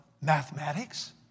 mathematics